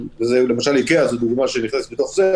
למשל איקאה זו דוגמה שנכנסת לתוך זה,